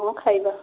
ହଁ ଖାଇବା